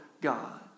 God